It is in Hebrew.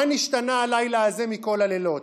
מה נשתנה הלילה הזה מכל הלילות?